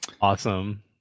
Awesome